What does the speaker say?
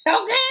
okay